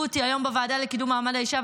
לי היום בוועדה לקידום מעמד האישה,